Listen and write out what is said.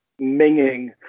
minging